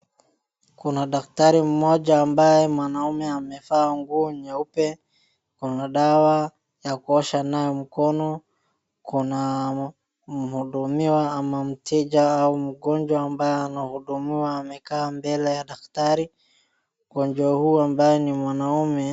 Kuna daktari mmoja ambaye mwanaume amevaa nyeupe. Kuna dawa yakuosha nayo mkono, kuna mhudumiwa ama mteja au mgonjwa ambaye anahudumiwa amekaa mbele ya daktari. Mgonjwa huyu ambaye ni mwanaume...